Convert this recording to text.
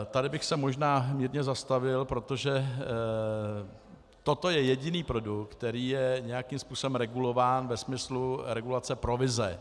Tady bych se možná mírně zastavil, protože toto je jediný produkt, který je nějakým způsobem regulován ve smyslu regulace provize.